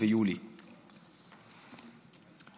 וליציאה כפויה לחל"ת בשל התפרצות הקורונה,